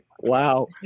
wow